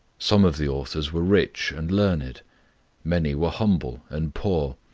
some of the authors were rich and learned many were humble and poor.